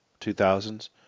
2000s